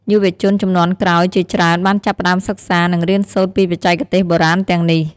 យុវជនជំនាន់ក្រោយជាច្រើនបានចាប់ផ្តើមសិក្សា និងរៀនសូត្រពីបច្ចេកទេសបុរាណទាំងនេះ។